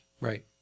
right